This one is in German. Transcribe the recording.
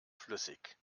flüssig